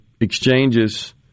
exchanges